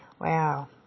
Wow